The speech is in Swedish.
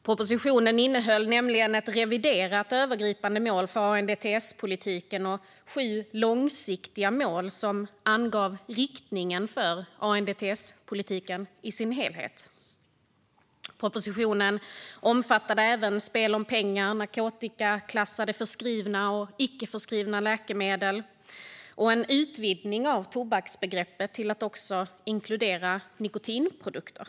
Propositionen innehöll nämligen ett reviderat övergripande mål för ANDTS-politiken och sju långsiktiga mål som angav riktningen för ANDTS-politiken i sin helhet. Propositionen omfattade även spel om pengar, narkotikaklassade förskrivna och icke förskrivna läkemedel samt en utvidgning av tobaksbegreppet till att också inkludera nikotinprodukter.